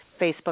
Facebook